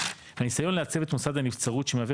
הניסיון לעצב את מוסד הנבצרות שמהווה